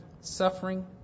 suffering